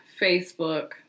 Facebook